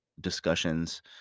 discussions